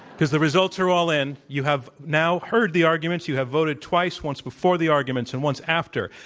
because the results are all in. you have now heard the arguments. you have voted twice, once before the arguments and once after.